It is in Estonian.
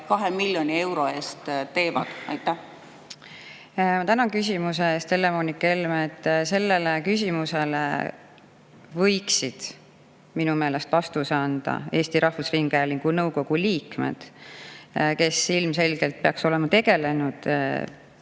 2 miljoni euro eest tegelikult teevad? Ma tänan küsimuse eest, Helle-Moonika Helme! Sellele küsimusele võiksid minu meelest vastuse anda Eesti Rahvusringhäälingu nõukogu liikmed, kes ilmselgelt peaksid olema tegelenud